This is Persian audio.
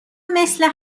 مثل